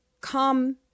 come